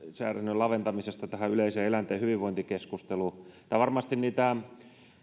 laventamisesta tähän yleiseen eläinten hyvinvointikeskusteluun niin tämä on varmasti